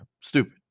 stupid